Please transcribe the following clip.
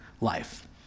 life